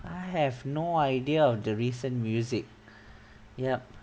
I have no idea of the recent music yup